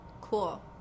cool